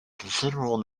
considerable